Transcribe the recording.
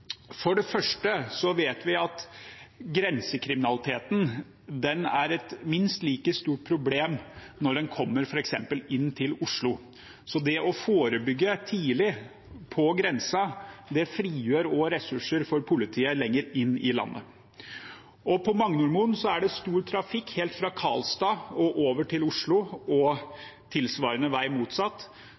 For det første vet vi at grensekriminaliteten er et minst like stort problem når en f.eks. kommer inn til Oslo. Det å forebygge tidlig på grensen frigjør også ressurser for politiet lenger inn i landet. På Magnormoen er det stor trafikk helt fra Karlstad og over til Oslo, og tilsvarende vei motsatt,